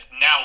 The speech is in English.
now